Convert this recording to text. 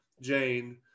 Jane